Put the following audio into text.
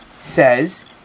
says